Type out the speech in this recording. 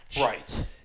Right